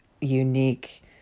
unique